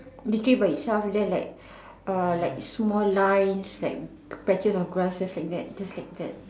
decay by itself then like err like small lines like patches of grasses like that just like that